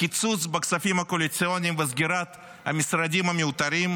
הקיצוץ בכספים הקואליציוניים וסגירת המשרדים המיותרים,